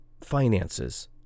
finances